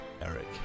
Eric